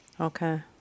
Okay